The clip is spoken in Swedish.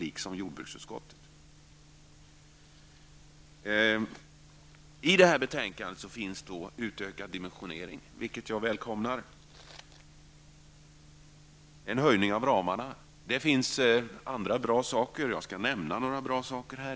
I detta betänkande föreslås en utökad dimensionering och en höjning av ramarna, vilket jag välkomnar. Det finns också andra bra saker, och jag skall nämna några av dem.